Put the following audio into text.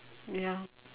ya